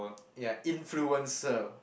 ya influencer